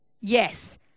Yes